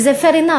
וזה fair enough,